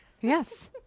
Yes